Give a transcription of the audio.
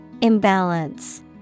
Imbalance